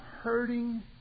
hurting